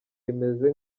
rimeze